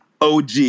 OG